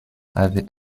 avait